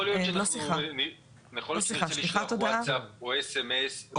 יכול להיות שנשלח ווטצאפ או סמס.